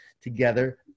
together